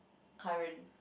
current